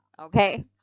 okay